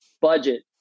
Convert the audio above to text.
budget